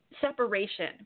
separation